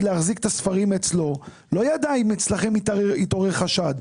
להחזיק את הספרים אצלו לא ידע אם אצלכם התעורר חשד,